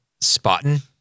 spotting